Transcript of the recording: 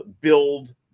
build